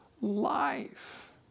life